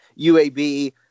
UAB